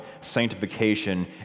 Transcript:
sanctification